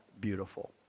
Beautiful